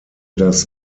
das